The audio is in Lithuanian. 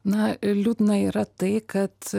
na ir liūdna yra tai kad